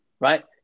right